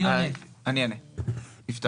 שתי